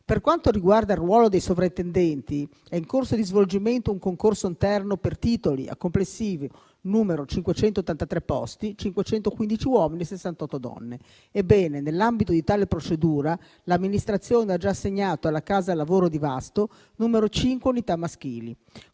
Per quanto riguarda il ruolo dei sovrintendenti, è in corso di svolgimento un concorso interno per titoli a complessivi 583 posti (515 uomini e 68 donne). Ebbene, nell'ambito di tale procedura l'Amministrazione ha già assegnato alla casa di lavoro di Vasto cinque unità maschili.